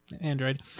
Android